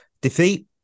defeat